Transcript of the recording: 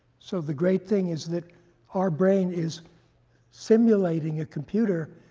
so the great thing is that our brain is simulating a computer,